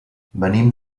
venim